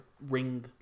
ring